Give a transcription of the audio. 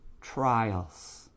trials